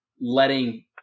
letting